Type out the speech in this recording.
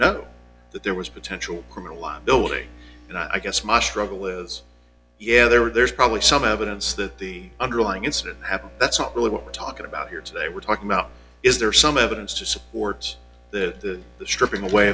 assuming not that there was potential criminal liability and i guess my struggle is yeah there's probably some evidence that the underlying incident happened that's not really what we're talking about here today we're talking about is there some evidence to support the stripping away